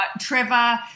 Trevor